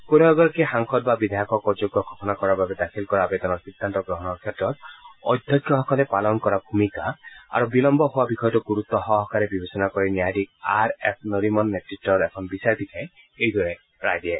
কোনো এগৰাকী সাংসদ বা বিধায়কক অযোগ্য ঘোষণা কৰাৰ বাবে দাখিল কৰা আৱেদনৰ সিদ্ধান্ত গ্ৰহণৰ ক্ষেত্ৰত অধ্যক্ষ সকলে পালন কৰা ভুমিকা আৰু বিলম্ব হোৱা বিষয়টো গুৰুত্ব সহকাৰে বিবেচনা কৰি ন্যায়াধীশ আৰ এফ নৰিমণন নেতৃত্বত এখন বিচাৰপীঠে এইদৰে ৰায় দিছে